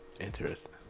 Interesting